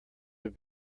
have